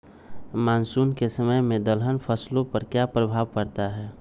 Monsoon के समय में दलहन फसलो पर क्या प्रभाव पड़ता हैँ?